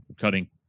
cutting